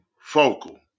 Focal